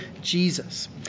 Jesus